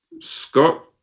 Scott